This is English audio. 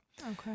Okay